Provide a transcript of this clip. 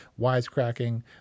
Wisecracking